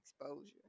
exposure